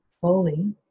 fully